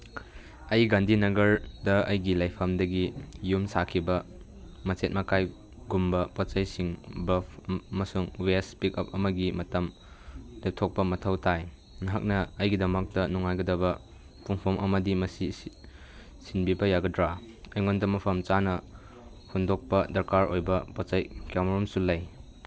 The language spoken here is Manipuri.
ꯑꯩ ꯒꯥꯟꯙꯤꯅꯒꯔꯗ ꯑꯩꯒꯤ ꯂꯩꯐꯝꯗꯒꯤ ꯌꯨꯝ ꯁꯥꯈꯤꯕ ꯃꯆꯦꯠ ꯃꯀꯥꯏꯒꯨꯝꯕ ꯄꯣꯠ ꯆꯩꯁꯤꯡ ꯕꯛ ꯑꯃꯁꯨꯡ ꯋꯦꯁ ꯄꯤꯛꯑꯞ ꯑꯃꯒꯤ ꯃꯇꯝ ꯂꯦꯞꯊꯣꯛꯄ ꯃꯊꯧ ꯇꯥꯏ ꯅꯍꯥꯛꯅ ꯑꯩꯒꯤꯗꯃꯛꯇ ꯅꯨꯡꯉꯥꯏꯒꯗꯕ ꯄꯨꯡꯐꯝ ꯑꯃꯗꯤ ꯃꯁꯤ ꯁꯤꯟꯕꯤꯕ ꯌꯥꯒꯗ꯭ꯔꯥ ꯑꯩꯉꯣꯟꯗ ꯃꯐꯝ ꯆꯥꯅ ꯍꯨꯟꯗꯣꯛꯄ ꯗꯔꯀꯥꯔ ꯑꯣꯏꯕ ꯄꯣꯠ ꯆꯩ ꯀꯌꯥꯃꯔꯨꯝꯁꯨ ꯂꯩ